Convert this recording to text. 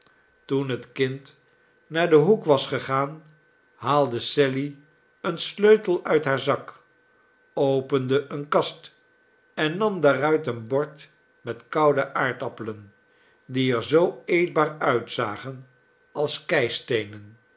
toen het kind naar een hoek was gegaan haalde sally een sleutel uit haar zak opende eene kast en nam daaruit een bordmetkoude aardappelen die er zoo eetbaar uitzagen als